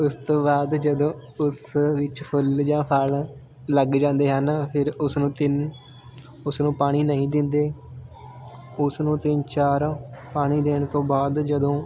ਉਸ ਤੋਂ ਬਾਅਦ ਜਦੋਂ ਉਸ ਵਿੱਚ ਫੁੱਲ ਜਾਂ ਫਲ ਲੱਗ ਜਾਂਦੇ ਹਨ ਫਿਰ ਉਸਨੂੰ ਤਿੰਨ ਉਸ ਨੂੰ ਪਾਣੀ ਨਹੀਂ ਦਿੰਦੇ ਉਸ ਨੂੰ ਤਿੰਨ ਚਾਰ ਪਾਣੀ ਦੇਣ ਤੋਂ ਬਾਅਦ ਜਦੋਂ